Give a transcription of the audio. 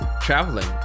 traveling